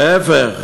להפך,